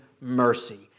mercy